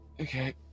okay